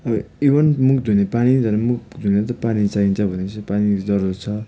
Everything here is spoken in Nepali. अब इभेन मुख धुने पानी झन् मुख धुने त पानी चाहिन्छ भनेपछि पानीको जरुरत छ